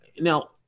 now